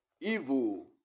evil